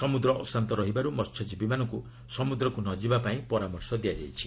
ସମୁଦ୍ର ଅଶାନ୍ତ ରହିବାରୁ ମହ୍ୟଜୀବୀମାନଙ୍କୁ ସମୁଦ୍ରକୁ ନଯିବା ପାଇଁ ପରାମର୍ଶ ଦିଆଯାଇଛି